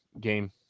game